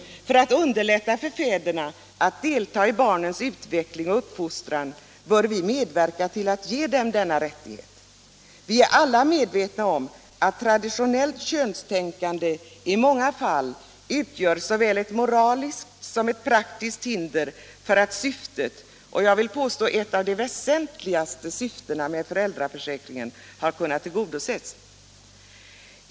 För att underlätta för fäderna att delta i barnens utveckling och uppfostran bör vi medverka till att ge dem denna rättighet. Vi är alla medvetna om att traditionellt könstänkande i många fall utgör såväl ett moraliskt som ett praktiskt hinder för att syftet — jag vill påstå ett av de väsentligaste syftena — med föräldraförsäkringen skall kunna tillgodoses.